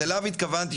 אז אליו התכוונתי,